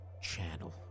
channel